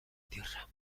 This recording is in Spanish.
tierra